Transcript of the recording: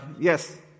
Yes